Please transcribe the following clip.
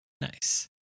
Nice